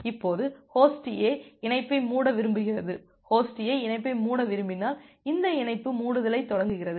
இப்போது host A இணைப்பை மூட விரும்புகிறது ஹோஸ்ட் A இணைப்பை மூட விரும்பினால் இந்த இணைப்பு மூடுதலைத் தொடங்குகிறது